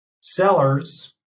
Sellers